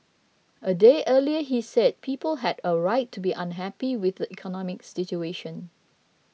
a day earlier he said people had a right to be unhappy with the economic situation